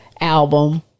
album